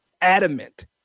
adamant